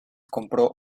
compró